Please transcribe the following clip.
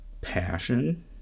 passion